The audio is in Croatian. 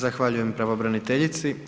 Zahvaljujem pravobraniteljici.